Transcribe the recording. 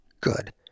good